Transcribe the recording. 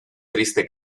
triste